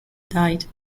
died